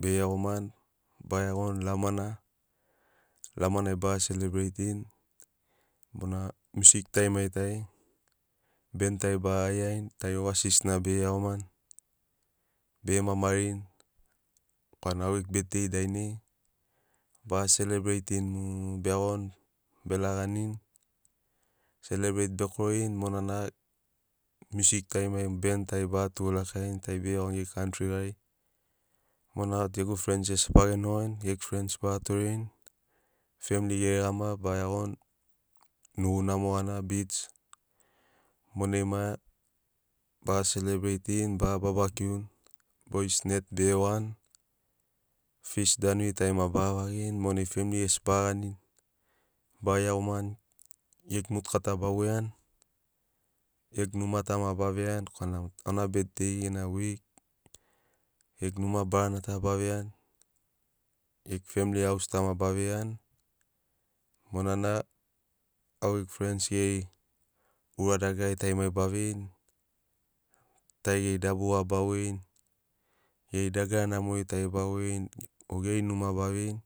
bege iagomani baga iagoni lamana, lamanai baga selebreitini bona miusik tarimari tari ben tari baga aiarini ovasis na bege iagomani bege ma marini korana au gegu betdei dainai baga selebreitini mu. Be iagoni be raganini. Selebreit bekorini monana miusik tarimari ben tari baga tugu lakarini tari bege iagoni geri kantri gari monana au tu gegu frens gesi ba genogoini gegu frens ba torerini. Femli geregana baga iagoni nugunamo gana bich mona maia baga selebreitin, baga babakiuni bois net bege wani fish danuri tari ma baga vagini monai femli gesi baga ganini baga iagomani gegu motuka ta ba voiani gegu numa ta b aba veiani korana mot u auna betdei gena wei gegu numa barana ta ba veiani gegu femli aus ta ma ba veiani monana au gegu frens geri ura dagarari tari ma ba veirini tari geri dabuga ba voini geri dagara namori tari ba voirini o geri numa ba veini.